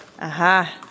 Aha